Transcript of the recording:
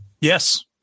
Yes